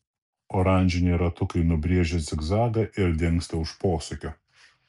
oranžiniai ratukai nubrėžia zigzagą ir dingsta už posūkio